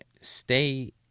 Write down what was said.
stay